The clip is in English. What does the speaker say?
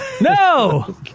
No